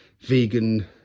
vegan